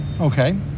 Okay